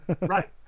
right